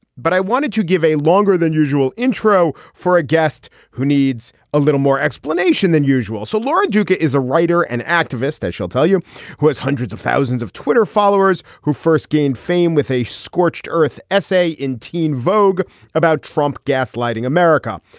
but i wanted to give a longer than usual intro for a guest who needs a little more explanation than usual. so laura duca is a writer and activist. she'll tell you who has hundreds of thousands of twitter followers who first gained fame with a scorched earth essay in teen vogue about trump gaslighting america.